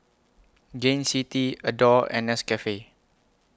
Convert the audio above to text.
Gain City Adore and Nescafe